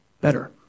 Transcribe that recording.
better